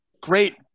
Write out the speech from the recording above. Great